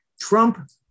Trump